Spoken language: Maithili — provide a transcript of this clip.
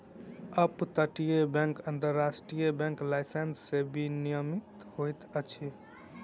अप तटीय बैंक अन्तर्राष्ट्रीय बैंक लाइसेंस सॅ विनियमित होइत अछि